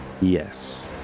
Yes